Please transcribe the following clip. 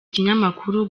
ikinyamakuru